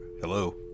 hello